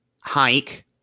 hike